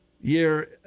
year